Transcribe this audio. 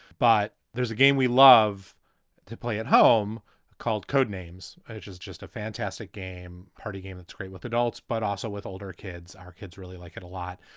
but there's a game we love to play at home called codenames, which is just a fantastic game party game. it's great with adults, but also with older kids. our kids really like it a lot.